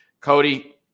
Cody